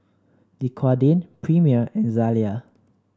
Dequadin Premier and Zalia